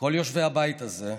כל יושבי הבית הזה,